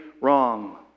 wrong